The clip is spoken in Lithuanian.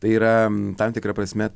tai yra tam tikra prasme